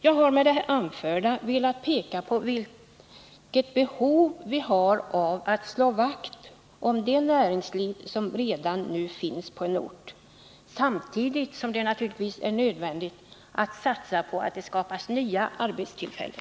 Jag har med det anförda velat peka på vilket behov vi har av att slå vakt om det näringsliv som redan nu finns på en ort, samtidigt som det naturligtvis är nödvändigt att satsa på att skapa nya arbetstillfällen.